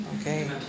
Okay